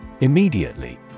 immediately